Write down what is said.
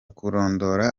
kurondora